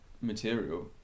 material